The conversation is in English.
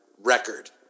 record